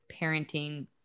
parenting